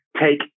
take